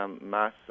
mass